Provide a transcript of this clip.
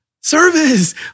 service